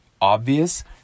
obvious